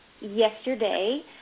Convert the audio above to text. yesterday